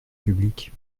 public